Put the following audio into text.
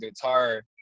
guitar